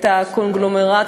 הקונגלומרט,